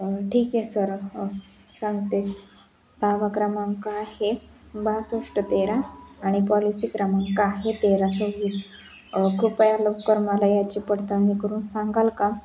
ठीक आहे सर सांगते दावा क्रमांक आहे बासष्ट तेरा आणि पॉलिसी क्रमांक आहे तेरा सव्वीस कृपया लवकर मला याची पडताळणी करून सांगाल का